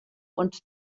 und